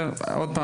שוב,